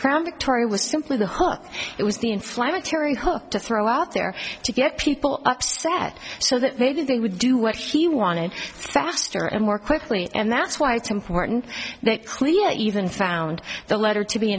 crown victoria was simply the hook it was the inflammatory hope to throw out there to get people upset so that they did they would do what he wanted faster and more quickly and that's why it's important that clear even found the letter to be